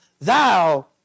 thou